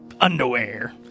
Underwear